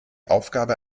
aufgaben